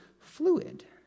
fluid